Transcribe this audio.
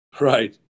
Right